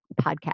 podcast